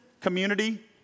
Community